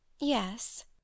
yes